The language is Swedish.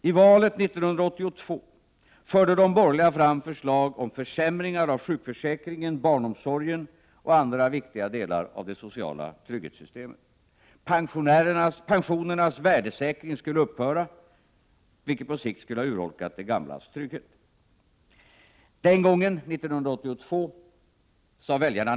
I valet 1982 förde de borgerliga fram förslag om försämringar av sjukförsäkringen, barnomsorgen och andra viktiga delar av det sociala trygghetssystemet. Pensionernas värdesäkring skulle upphöra, vilket på sikt skulle ha urholkat de gamlas trygghet. Väljarna sade den gången, 1982, nej till den politiken.